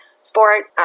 sport